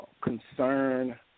concern